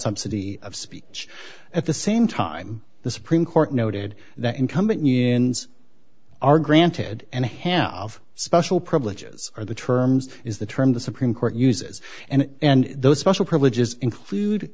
subsidy of speech at the same time the supreme court noted that incumbent yinz are granted and a half of special privileges are the terms is the term the supreme court uses and and those special privileges